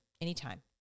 anytime